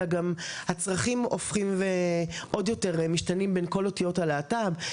אלא גם הצרכים הופכים ועוד יותר משתנים בין כל אותיות הלהט"ב,